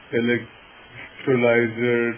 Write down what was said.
electrolyzer